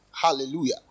Hallelujah